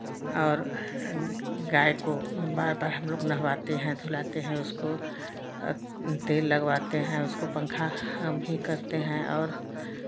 और गाय को बार बार हमलोग नहवाते हैं धुलाते हैं उसको तेल लगवाते हैं उसको पंखा भी करते हैं और